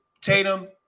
Tatum